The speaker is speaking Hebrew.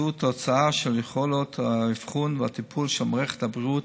זו תוצאה של יכולות האבחון והטיפול של מערכת הבריאות,